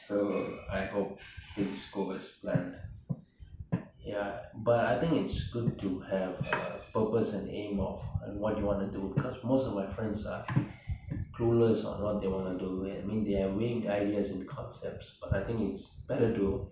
so I hope things go as planned ya but I think it's good to have a purpose and a aim of what you want to do because most of my friends are clueless on what they want to do I mean they have vague ideas and concepts but I think is better to